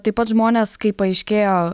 taip pat žmonės kaip paaiškėjo